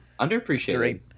Underappreciated